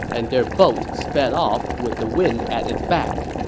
and their boat sped off with the wind at its back.